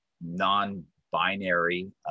non-binary